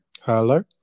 Hello